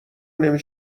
نمی